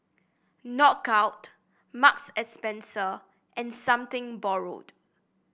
Knockout Marks and Spencer and Something Borrowed